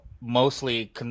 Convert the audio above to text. mostly